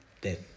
death